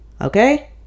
Okay